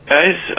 Guys